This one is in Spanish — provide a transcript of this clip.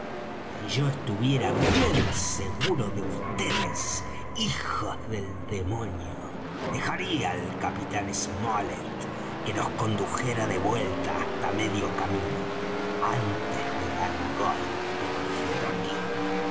si yo estuviera bien seguro de vds hijos del demonio dejaría al capitán smollet que nos condujera de vuelta hasta medio camino antes de dar el golpe definitivo